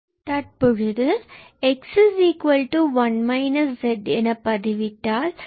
தற்பொழுது 𝑥1−𝑧 என பதிவிட்டால் பின்பு𝑑𝑥−𝑑𝑧